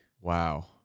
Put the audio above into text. Wow